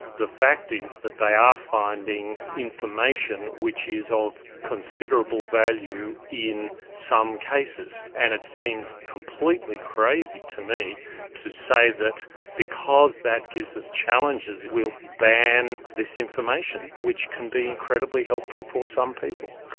the fact is that they are finding information which is of considerable value in some cases, and it seems completely crazy to me to say that because that gives us challenges we'll ban this information, which can be incredibly helpful for some people.